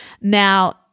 Now